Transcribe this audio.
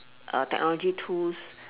uh technology tools